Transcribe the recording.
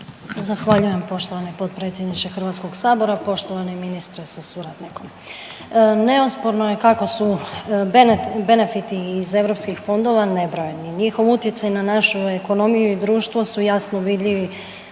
Zahvaljujem poštovani potpredsjedniče HS-a, poštovani ministre sa suradnikom. Neosporno je kako su benefiti iz EU fondova nebrojeni. Njihov utjecaj na našu ekonomiju i društvo su javno vidljivi